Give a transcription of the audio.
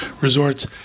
resorts